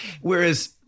whereas